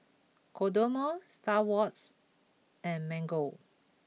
Kodomo Star Awards and Mango